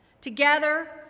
Together